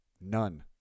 none